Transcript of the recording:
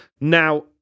Now